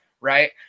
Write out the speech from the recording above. right